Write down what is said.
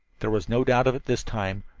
there was no doubt of it this time.